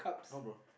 no bro